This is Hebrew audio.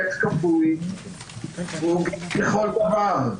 גט כפוי הוא גט לכל דבר.